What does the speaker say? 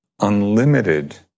unlimited